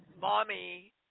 mommy